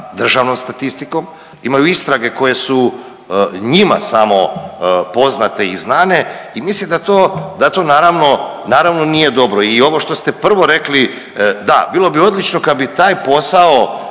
državnom statistikom, imaju istrage koje su njima samo poznate i znane i mislim da to naravno, naravno nije dobro. I ovo što ste prvo rekli da bilo bi odlično kada bi taj posao